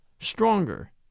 Stronger